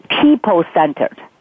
people-centered